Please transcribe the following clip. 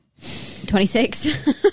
26